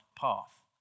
path